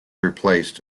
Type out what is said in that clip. replaced